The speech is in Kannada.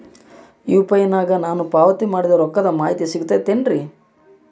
ಯು.ಪಿ.ಐ ನಾಗ ನಾನು ಪಾವತಿ ಮಾಡಿದ ರೊಕ್ಕದ ಮಾಹಿತಿ ಸಿಗುತೈತೇನ್ರಿ?